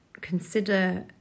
Consider